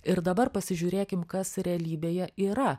ir dabar pasižiūrėkim kas realybėje yra